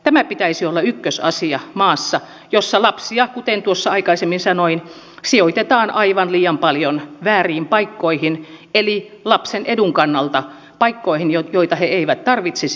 tämän pitäisi olla ykkösasia maassa jossa lapsia kuten tuossa aikaisemmin sanoin sijoitetaan aivan liian paljon vääriin paikkoihin eli lapsen edun kannalta paikkoihin joita he eivät tarvitsisi